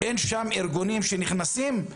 אין שם ארגונים שנכנסים?